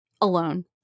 alone